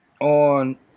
on